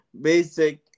basic